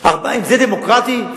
אם יש לי סמכות,